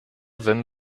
wenn